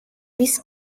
this